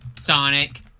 Sonic